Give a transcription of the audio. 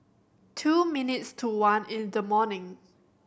two minutes to one in the morning